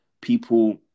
people